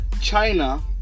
China